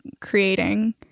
creating